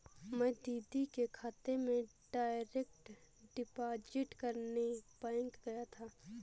मैं दीदी के खाते में डायरेक्ट डिपॉजिट करने बैंक गया था